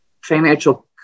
Financial